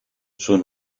sus